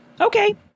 Okay